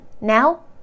Now